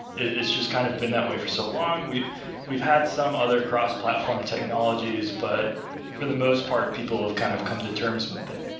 it's just kind of been that way for so long. we've we've had some other cross-platform technologies, but for the most part people have kind of come to terms with it.